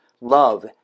love